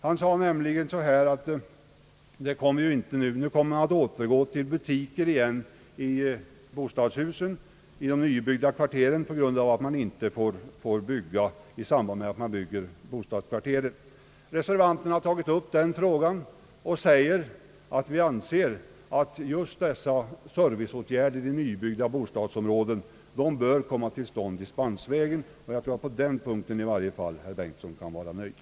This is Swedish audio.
Han sade nämligen att man kommer att återgå till att inrymma butiker i bostadshusen i de nybyggda kvarteren på grund av att man inte får bygga särskilda affärshus. Reservanterna har tagit upp den frågan och sagt att just dessa serviceanordningar i bostadsområden bör komma till stånd dispensvägen. Jag tycker därför att herr Bengtson borde vara nöjd åtminstone på den punkten.